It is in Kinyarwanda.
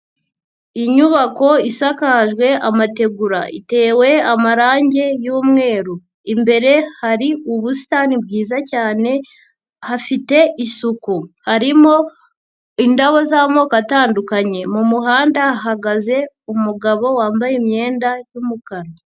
Inyubako isakajwe amategura. Itewe amarangi y'umweru. Imbere hari ubusitani bwiza cyane, hafite isuku. Harimo indabo z'amoko atandukanye. Mu muhanda hahagaze umugabo wambaye imyenda y'umukara.